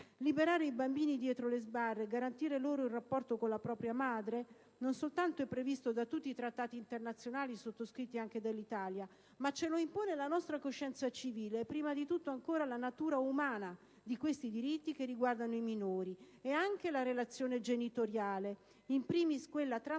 Liberare i bambini dietro le sbarre e garantire loro il rapporto con la propria madre non soltanto è previsto da tutti i trattati internazionali sottoscritti anche dall'Italia, ma ce lo impone la nostra coscienza civile, prima di tutto ancora la natura umana di questi diritti che riguardano i minori e anche la relazione genitoriale, *in primis* quella tra madre